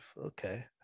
Okay